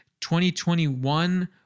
2021